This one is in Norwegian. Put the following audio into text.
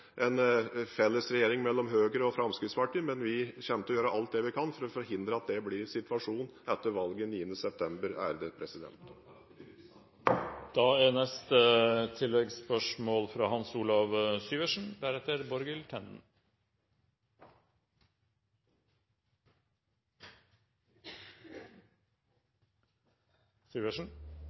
en felles regjering med Høyre og Fremskrittspartiet, men vi kommer til å gjøre alt vi kan for å forhindre at det blir situasjonen etter valget 9. september. Nå talte du usant om Fremskrittspartiet. Hans Olav Syversen